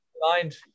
mind